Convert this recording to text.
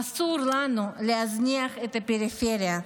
אסור לנו להזניח את הפריפריה.